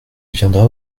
viendra